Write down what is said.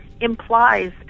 implies